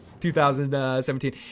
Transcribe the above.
2017